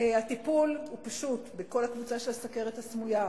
הטיפול הוא פשוט בכל הקבוצה של הסוכרת הסמויה.